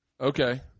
Okay